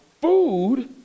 food